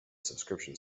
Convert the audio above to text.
subscription